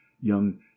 young